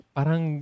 Parang